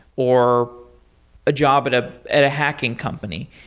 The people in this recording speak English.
or a job at ah at a hacking company,